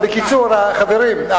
בקיצור, חברים.